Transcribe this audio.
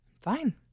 Fine